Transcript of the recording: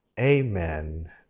amen